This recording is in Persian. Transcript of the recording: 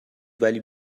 ولی